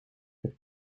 het